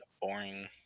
boring